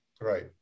Right